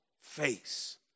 face